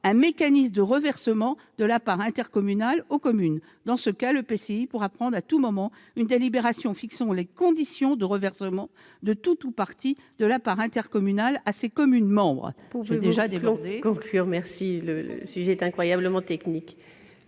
un mécanisme de reversement de la part intercommunale aux communes. Dans ce cas, l'EPCI pourra prendre à tout moment une délibération fixant les conditions de reversement de tout ou partie de la part intercommunale à ses communes membres.